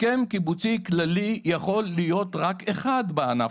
הסכם קיבוצי כללי - יכול להיות רק אחד בענף,